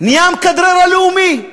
נהיה המכדרר הלאומי.